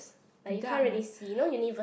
like you can't really see you know univers~